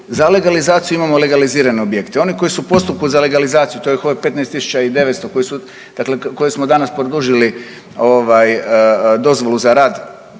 za legalizaciju, imamo legalizirane objekte. I oni koji su u postupku za legalizaciju to je ovih 15.900 koje su, dakle koje smo danas produžili ovaj dozvolu za rad